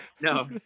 no